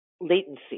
latency